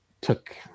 took